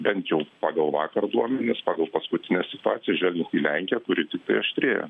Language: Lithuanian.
bent jau pagal vakar duomenis pagal paskutinę situaciją žvelgiant į lenkiją kuri tiktai aštrėja